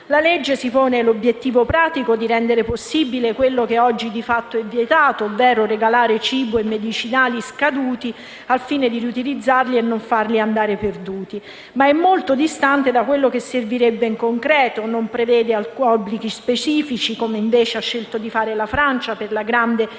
Il testo si pone l'obiettivo pratico di rendere possibile quanto oggi è di fatto vietato, ovvero regalare cibo e medicinali scaduti al fine di riutilizzarli e non farli andare perduti, ma è molto distante da quello che servirebbe in concreto: non prevede obblighi specifici, come ha invece scelto di fare la Francia, per la grande distribuzione